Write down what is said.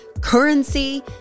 currency